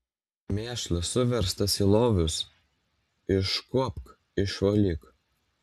mėšlas suverstas į lovius iškuopk išvalyk